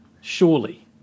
surely